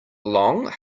long